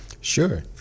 Sure